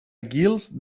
guils